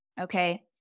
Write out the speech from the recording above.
okay